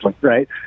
right